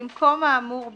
במקום האמור בה,